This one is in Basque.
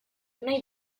nahi